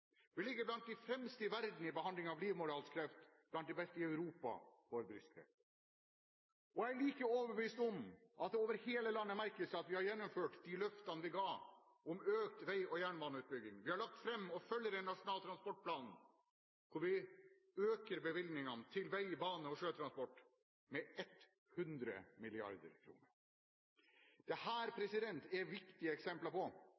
Vi ligger blant de fremste i verden i behandlingen av livmorhalskreft og er blant de beste i Europa for brystkreft. Jeg er like overbevist om at det over hele landet merkes at vi har gjennomført de løftene vi ga om økt vei- og jernbaneutbygging. Vi har lagt fram, og følger, den nasjonale transportplanen, der vi øker bevilgningene til vei, bane og sjøtransport med 100 mrd. kr. Dette er viktige eksempler på